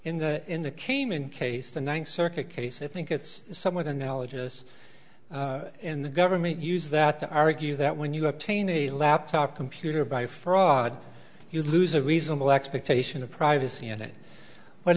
in the in the cayman case the ninth circuit case i think it's somewhat analogous and the government use that to argue that when you are painting a laptop computer by fraud you lose a reasonable expectation of privacy in it but